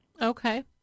Okay